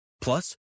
Plus